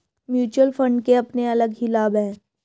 mutual fund के अपने अलग ही लाभ हैं